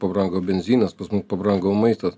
pabrango benzinas pas mus pabrango maistas